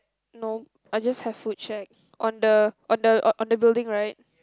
no I just have food shack on the on the on the building right